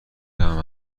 طعم